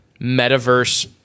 metaverse